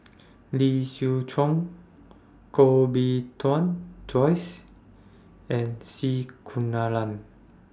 Lee Siew Chong Koh Bee Tuan Joyce and C Kunalan